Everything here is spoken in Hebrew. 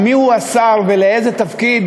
מי הוא השר ולאיזה תפקיד,